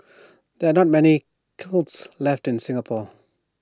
there are not many kilns left in Singapore